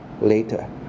later